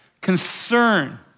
concern